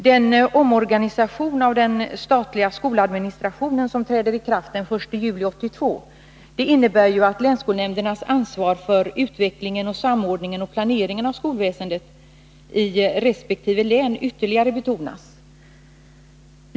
Den omorganisation av den statliga skoladministrationen som träder i kraft den 1 juli 1982 innebär ju att länskolnämndernas ansvar för utvecklingen, samordningen och planeringen av skolväsendet i resp. län ytterligare betonas.